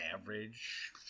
average